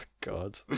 god